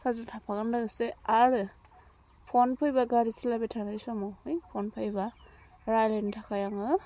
charger थाफागोन लोगोसे आरो फन फैब्ला गारि सोलायबाय थानाय समाव है फन फैब्ला रायज्लायनो थाखाय आङो